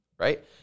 right